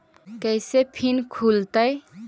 कैसे फिन खुल तय?